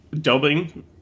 dubbing